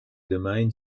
domain